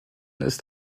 ist